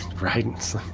Right